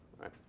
Right